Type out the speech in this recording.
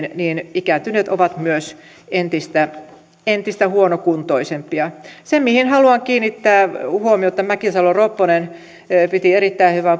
ikääntyneet ovat myös entistä entistä huonokuntoisempia mihin haluan kiinnittää huomiota on se että mäkisalo ropponen piti erittäin hyvän